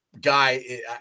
guy